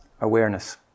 awareness